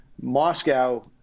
Moscow